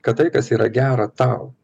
kad tai kas yra gera tau